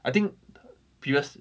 I think previous